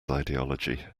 ideology